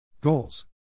Goals